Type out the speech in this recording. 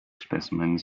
specimens